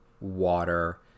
water